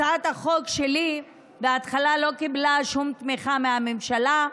הצעת החוק שלי בהתחלה לא קיבלה שום תמיכה מהממשלה,